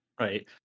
Right